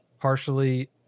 partially